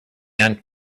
ant